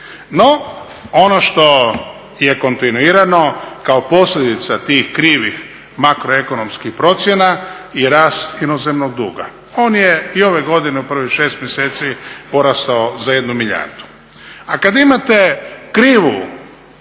No, ono što je kontinuirano kao posljedica tih krivih makroekonomskih procjena je rast inozemnog duga. On je i ove godine u prvih šest mjeseci porastao za 1 milijardu. A kad imate krivu